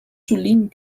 soulignent